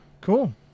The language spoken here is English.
cool